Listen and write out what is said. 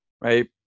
right